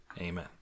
Amen